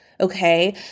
Okay